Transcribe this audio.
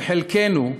וחלקנו,